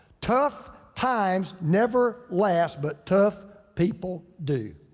tough times never last but tough people do.